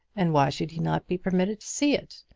and why should he not be permitted to see it?